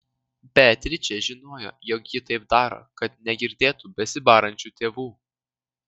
beatričė žinojo jog ji taip daro kad negirdėtų besibarančių tėvų